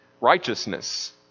Righteousness